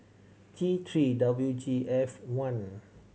T Three W G F one